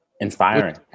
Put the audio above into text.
inspiring